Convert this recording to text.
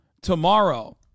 tomorrow